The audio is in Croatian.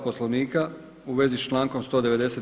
Poslovnika u vezi s člankom 190.